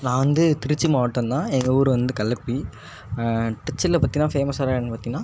நான் வந்து திருச்சி மாவட்டம் தான் எங்கள் ஊர் கள்ளக்குடி திருச்சியில் பார்த்திங்கனா ஃபேமஸான இடம்னு பார்த்திங்கனா